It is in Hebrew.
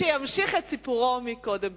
שימשיך את סיפורו מקודם.